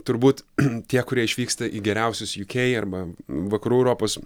turbūt tie kurie išvyksta į geriausius uk arba vakarų europos